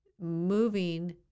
moving